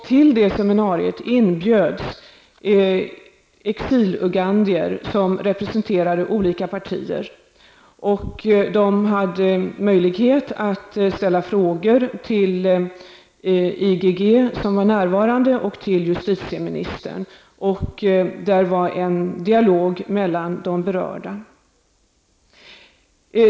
Till detta seminarium inbjöds exilugandier som representerade olika partier. Dessa hade möjlighet att ställa frågor till IGG och till justitieministern, som båda var närvarande. Det fördes en dialog mellan de berörda.